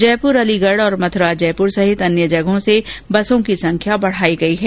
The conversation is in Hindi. जयपुर अलीगढ़ और मथुरा जयपुर सहित अन्य जगह से बसों की संख्या बढ़ाई गई है